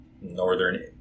northern